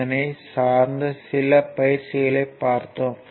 இதனை சார்ந்த சில பயிற்சிகளைப் பார்த்தோம்